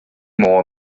more